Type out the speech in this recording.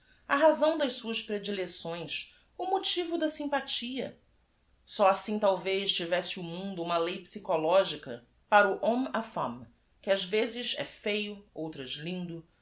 a rasão das suas predilecções o m o t i v o da sympathia ó assim talvez tivesse o mundo uma l e i psychologica para o hom me à fémm que ás vezes é feio outras lindo